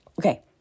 Okay